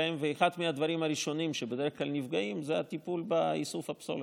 ואחד מהדברים הראשונים שבדרך כלל נפגעים זה הטיפול באיסוף הפסולת.